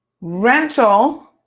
rental